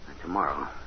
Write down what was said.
tomorrow